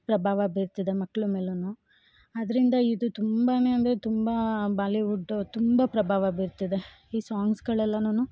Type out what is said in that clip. ಪ್ರಭಾವ ಬೀರ್ತಿದೆ ಮಕ್ಳು ಮೇಲು ಅದ್ರಿಂದ ಇದು ತುಂಬಾ ಅಂದರೆ ತುಂಬ ಬಾಲಿವುಡ್ ತುಂಬ ಪ್ರಭಾವ ಬೀರ್ತಿದೆ ಈ ಸಾಂಗ್ಸ್ಗಳು ಎಲ್ಲಾನೂ